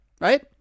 right